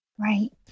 Right